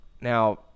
Now